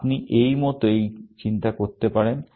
আপনি এই মত এটা চিন্তা করতে পারেন